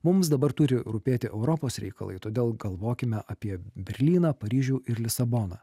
mums dabar turi rūpėti europos reikalai todėl galvokime apie berlyną paryžių ir lisaboną